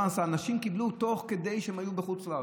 אנשים קיבלו הגבלות תוך כדי שהם היו בחוץ לארץ,